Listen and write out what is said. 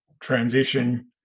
transition